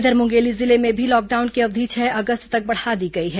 इधर मुंगेली जिले में भी लॉकडाउन की अवधि छह अगस्त तक बढ़ा दी गई है